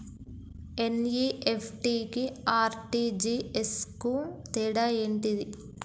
NEFT కి RTGS కు తేడా ఏంటిది?